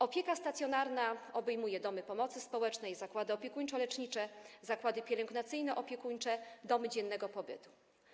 Opieka stacjonarna obejmuje domy pomocy społecznej, zakłady opiekuńczo-lecznicze, zakłady pielęgnacyjno-opiekuńcze, domy dziennego pobytu.